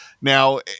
Now